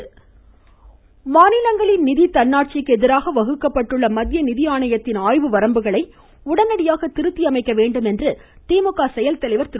மமமமம ஸ்டாலின் மாநிலங்களின் நிதி தன்னாட்சிக்கு எதிராக வகுக்கப்பட்டுள்ள மத்திய நிதி ஆணையத்தின் ஆய்வு வரம்புகளை உடனடியாக திருத்தி அமைக்க வேண்டும் என்று திமுக செயல் தலைவர் திரு